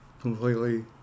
completely